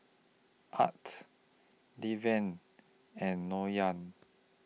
Art Deven and